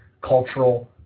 cultural